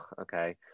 okay